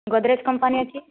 Godrej company ଅଛି